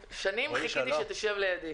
לחקיקה.